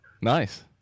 Nice